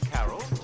Carol